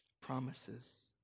promises